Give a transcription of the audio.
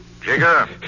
Jigger